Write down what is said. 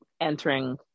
entering